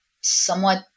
somewhat